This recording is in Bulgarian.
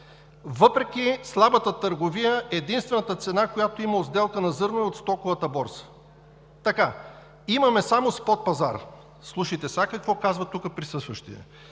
Въпреки слабата търговия единствената цена, която има от сделка на зърно, е от Стоковата борса. Имаме само спот пазар.“ Слушайте сега какво казва тук присъстващият: